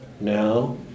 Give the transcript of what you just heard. Now